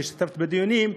והשתתפתי בדיונים,